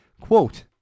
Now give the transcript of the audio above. quote